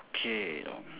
okay